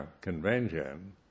convention